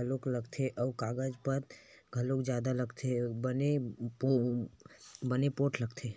घलोक लगथे अउ कागज पतर घलोक जादा लगथे बने पोठ लगथे